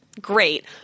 great